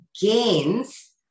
gains